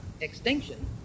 extinction